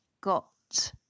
got